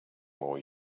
more